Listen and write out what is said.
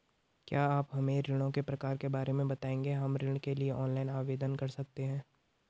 क्या आप हमें ऋणों के प्रकार के बारे में बताएँगे हम ऋण के लिए ऑनलाइन आवेदन कर सकते हैं?